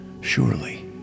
Surely